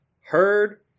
heard